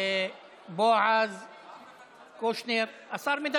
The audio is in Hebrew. של הרעש, פה, עם ביטן, שהגב שלו אליי